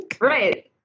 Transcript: Right